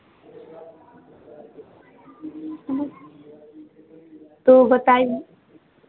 तो बताइए